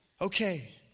Okay